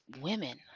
women